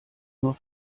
nur